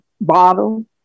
bottle